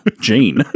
Gene